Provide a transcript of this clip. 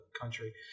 country